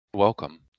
Welcome